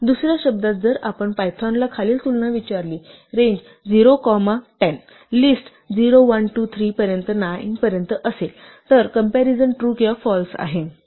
दुसऱ्या शब्दांत जर आपण पायथॉनला खालील तुलना विचारली रेंज 0 कॉमा 10 लिस्ट 0 1 2 3 पर्यंत 9 पर्यंत असेल तर कम्पॅरिजन ट्रू किंवा फाल्स आहे